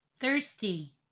Thirsty